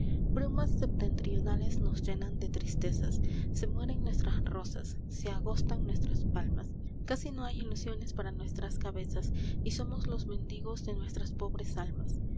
oscuras brumas septentrionales nos llenan de tristezas se mueren nuestras rosas se agostan nuestras palmas casi no hay ilusiones para nuestras cabezas y somos los mendigos de nuestras pobres almas